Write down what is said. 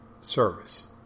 service